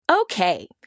Okay